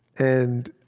and